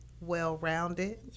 well-rounded